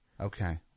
Okay